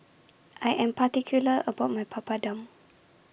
I Am particular about My Papadum